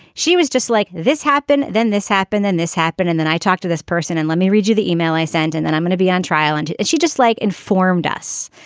she was just like this happened then this happened then this happened and then i talked to this person and let me read you the email i sent and then i'm going to be on trial and and she just like informed us.